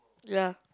ya